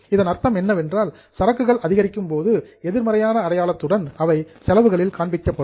இதன் அர்த்தம் என்னவென்றால் சரக்குகள் அதிகரிக்கும் போது எதிர்மறையான அடையாளத்துடன் அவை செலவுகளில் காண்பிக்கப்படும்